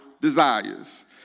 desires